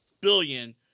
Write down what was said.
billion